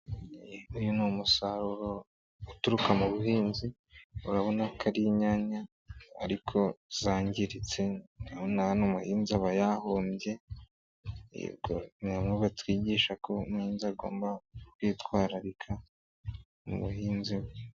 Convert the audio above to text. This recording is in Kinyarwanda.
Uyu ni umusaruro uturuka mu buhinzi, urabona ko ari inyanya ariko zangiritse, urabona ko hano umuhinza aba yahombye, ni bimwe batwigisha ko umuhinzi agomba kwitwararika mu buhinzi bwe.